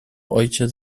ojciec